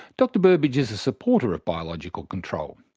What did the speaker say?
dr burbidge is a supporter of biological control.